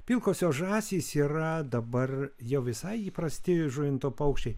pilkosios žąsys yra dabar jau visai įprasti žuvinto paukščiai